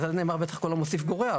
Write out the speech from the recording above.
על זה בטח נאמר: כל המוסיף גורע,